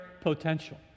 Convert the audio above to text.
potential